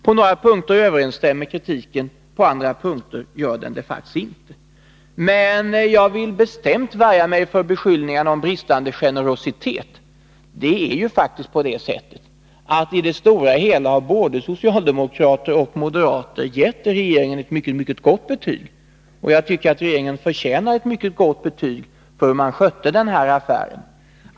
På några punkter överensstämmer kritiken, men på andra punkter gör den det inte. Jag vill bestämt värja mig mot beskyllningarna om bristande generositet. I det stora hela har faktiskt både socialdemokraterna och moderaterna givit regeringen ett gott betyg. Jag tycker att regeringen förtjänar ett gott betyg för hur den skötte denna affär.